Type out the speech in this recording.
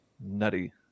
nutty